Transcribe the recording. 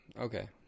Okay